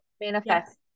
manifest